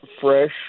fresh